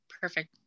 perfect